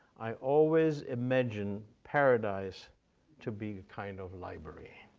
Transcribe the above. i always imagine paradise to be a kind of library,